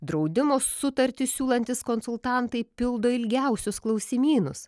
draudimo sutartis siūlantys konsultantai pildo ilgiausius klausimynus